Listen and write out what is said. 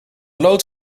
lood